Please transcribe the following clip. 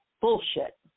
bullshit